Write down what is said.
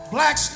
Black